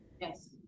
Yes